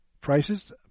prices